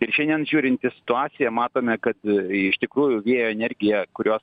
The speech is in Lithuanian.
ir šiandien žiūrint į situaciją matome kad iš tikrųjų vėjo energija kurios